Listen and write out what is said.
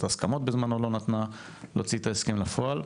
ההסכמות אז בזמנו לא הסכימה להוציא את ההסכם לפועל,